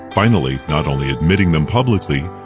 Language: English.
finally, not only admitting them publicly,